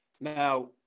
Now